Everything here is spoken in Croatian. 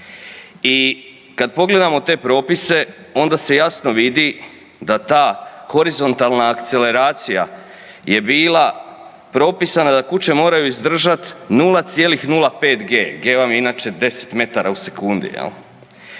i kad pogledamo te propise, onda se jasno vidi da ta horizontalna akceleracija je bila propisana da kuće moraju izdržat 0,05 g, g vam je inače 10 m/s, jel